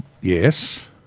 yes